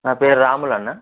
నా పేరు రాములు అన్నా